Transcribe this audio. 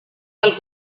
del